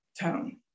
tone